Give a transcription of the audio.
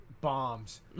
Bombs